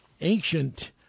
ancient